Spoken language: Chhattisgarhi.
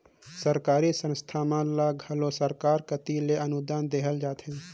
सरकारी संस्था मन ल घलो सरकार कती ले अनुदान देहल जाथे